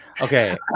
Okay